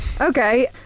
Okay